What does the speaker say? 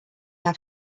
have